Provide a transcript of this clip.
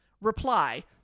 reply